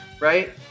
Right